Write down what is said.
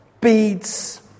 beads